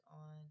on